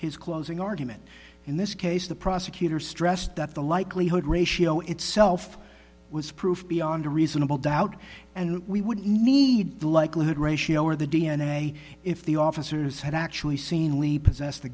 his closing argument in this case the prosecutor stressed that the likelihood ratio itself was proof beyond a reasonable doubt and we wouldn't need the likelihood ratio or the d n a if the officers had actually seen lee possessed the